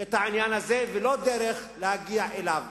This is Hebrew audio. את העניין הזה ולא דרך להגיע אליו.